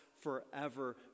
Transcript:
forever